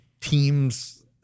teams